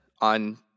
on